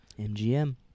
MGM